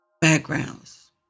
backgrounds